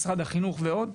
משרד החינוך ועוד.